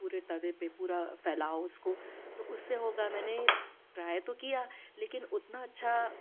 पूरे तवे पे पूरा फैलाओ उसको तो उससे होगा मैंने ट्राई तो किया लेकिन उतना अच्छा